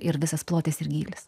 ir visas plotis ir gylis